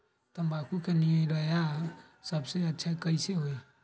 तम्बाकू के निरैया सबसे अच्छा कई से होई?